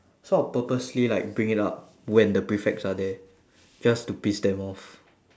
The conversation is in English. so I'll purposely like bring it up when the prefects are there just to piss them off